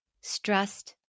stressed